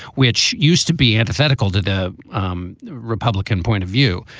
which used to be antithetical to the um republican point of view.